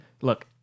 look